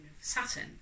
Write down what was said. Saturn